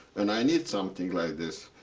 and i need something like this.